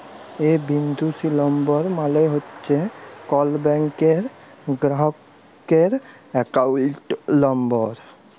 এ বিন্দু সি লম্বর মালে হছে কল ব্যাংকের গেরাহকের একাউল্ট লম্বর